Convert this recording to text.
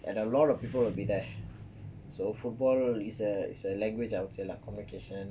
and a lot of people will be there so football is a is a language I will say lah communication